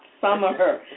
summer